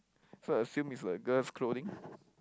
so I assume is like girls clothing